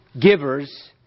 givers